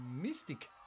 mystic